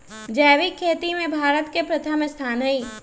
जैविक खेती में भारत के प्रथम स्थान हई